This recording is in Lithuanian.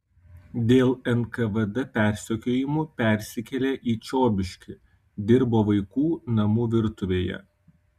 dėl nkvd persekiojimų persikėlė į čiobiškį dirbo vaikų namų virtuvėje